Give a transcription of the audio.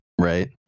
right